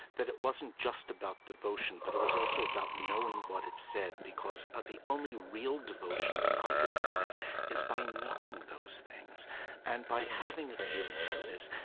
that it wasn't just about devotion, but it was also about knowing what it said. because ah the only real devotion that i could find is by knowing those things and by having a feeling for this,